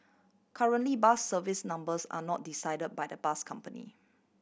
currently bus service numbers are not decide by the bus company